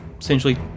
essentially